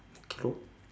okay lor